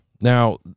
Now